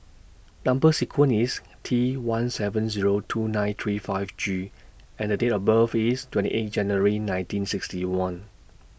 Number sequence IS T one seven Zero two nine three five G and Date of birth IS twenty eight January nineteen sixty one